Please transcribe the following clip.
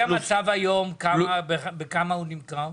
לפי המצב היום, בכמה הוא נמכר.